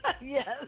Yes